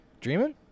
Dreaming